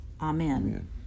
Amen